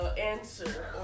answer